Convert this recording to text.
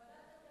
ועדת,